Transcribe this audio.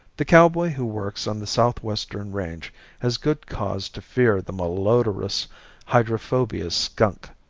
the cowboy who works on the southwestern range has good cause to fear the malodorous hydrophobia skunk.